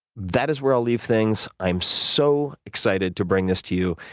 that is where i'll leave things. i'm so excited to bring this to you,